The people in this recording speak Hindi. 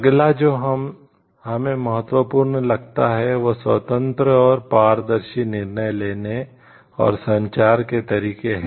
अगला जो हमें महत्वपूर्ण लगता है वह स्वतंत्र और पारदर्शी निर्णय लेने और संचार के तरीके हैं